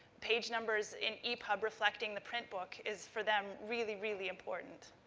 page numbers in epub reflecting the print book is for them, really, really important.